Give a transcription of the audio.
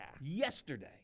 Yesterday